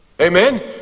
Amen